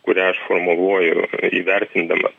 kurią aš formuluoju įvertindamas